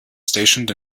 stationed